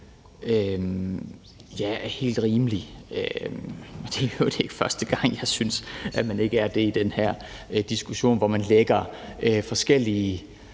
ikke er helt rimelig. Det er i øvrigt ikke første gang, jeg synes, at man ikke er det i den her diskussion, hvor man lægger forskellige